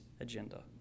agenda